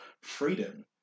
freedom